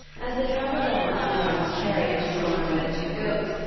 as they traveled on in the brass chariot drawn by the two goats,